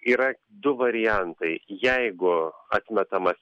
yra du variantai jeigu atmetamas